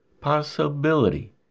possibility